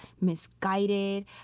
misguided